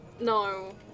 no